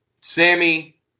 Sammy